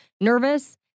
nervous